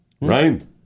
right